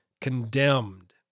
condemned